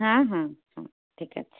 ହଁ ହଁ ହଁ ଠିକ୍ ଅଛି